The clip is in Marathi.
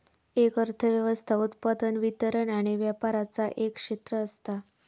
एक अर्थ व्यवस्था उत्पादन, वितरण आणि व्यापराचा एक क्षेत्र असता